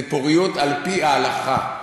זה פוריות על-פי ההלכה.